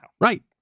Right